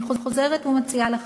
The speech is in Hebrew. אני חוזרת ומציעה לך,